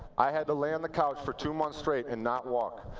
i had to lay on the couch for two months straight and not walk.